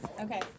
Okay